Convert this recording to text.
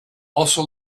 also